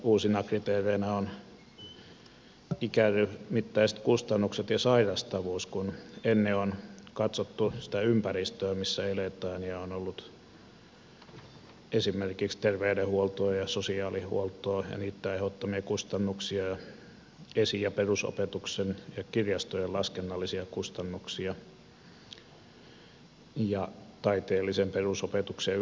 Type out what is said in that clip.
uusina kriteereinä ovat ikäryhmittäiset kustannukset ja sairastavuus kun ennen on katsottu sitä ympäristöä missä eletään ja on ollut esimerkiksi terveydenhuoltoa ja sosiaalihuoltoa ja niitten aiheuttamia kustannuksia esi ja perusopetuksen ja kirjastojen laskennallisia kustannuksia ja taiteellisen perusopetuksen ja yleisen kulttuurin määräytymisperusteita on käytetty